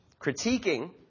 critiquing